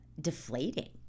deflating